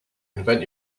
invent